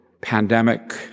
pandemic